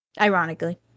Ironically